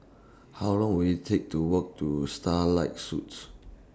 How Long Will IT Take to Walk to Starlight Suites